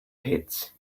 pits